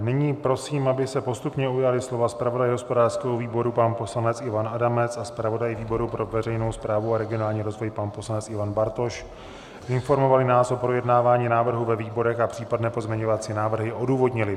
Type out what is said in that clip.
Nyní prosím, aby se postupně ujali slova zpravodaj hospodářského výboru pan poslanec Ivan Adamec a zpravodaj výboru pro veřejnou správu a regionální rozvoj pan poslanec Ivan Bartoš, informovali nás o projednávání návrhu ve výborech a případné pozměňovací návrhy odůvodnili.